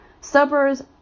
Suburbs